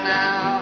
now